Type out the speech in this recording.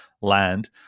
land